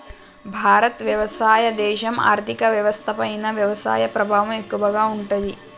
భారత్ వ్యవసాయ దేశం, ఆర్థిక వ్యవస్థ పైన వ్యవసాయ ప్రభావం ఎక్కువగా ఉంటది